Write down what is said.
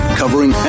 covering